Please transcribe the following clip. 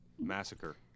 Massacre